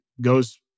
goes